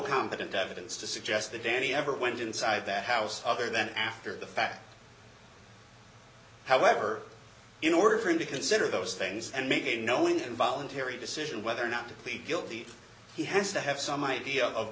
competent evidence to suggest that danny ever went inside that house other than after the fact however in order for him to consider those things and make a knowing and voluntary decision whether or not to plead guilty he has to have some idea of